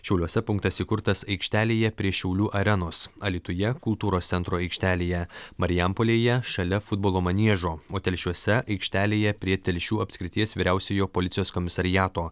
šiauliuose punktas įkurtas aikštelėje prie šiaulių arenos alytuje kultūros centro aikštelėje marijampolėje šalia futbolo maniežo o telšiuose aikštelėje prie telšių apskrities vyriausiojo policijos komisariato